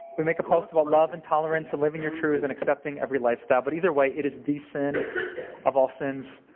we make a post about love and tolerance and living your truth and accepting every lifestyle. but either way, it is the sin of all sins